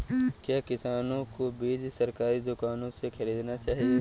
क्या किसानों को बीज सरकारी दुकानों से खरीदना चाहिए?